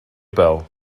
bell